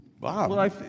wow